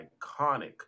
iconic